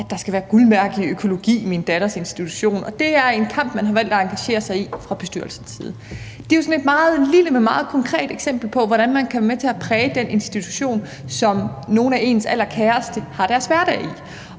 at der skal være guldmærke i økologi i institutionen. Det er en kamp, man har valgt at engagere sig i fra bestyrelsens side. Det er jo sådan et meget lille, men meget konkret eksempel på, hvordan man kan være med til at præge den institution, som nogle af ens allerkæreste har deres hverdag i.